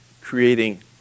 creating